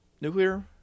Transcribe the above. nuclear